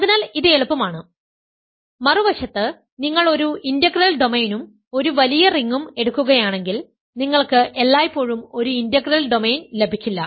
അതിനാൽ ഇത് എളുപ്പമാണ് മറുവശത്ത് നിങ്ങൾ ഒരു ഇന്റഗ്രൽ ഡൊമെയ്നും ഒരു വലിയ റിംഗും എടുക്കുകയാണെങ്കിൽ നിങ്ങൾക്ക് എല്ലായ്പ്പോഴും ഒരു ഇന്റഗ്രൽ ഡൊമെയ്ൻ ലഭിക്കില്ല